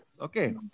Okay